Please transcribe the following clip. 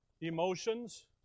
emotions